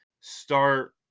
start